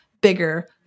bigger